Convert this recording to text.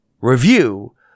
review